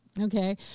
Okay